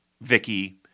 Vicky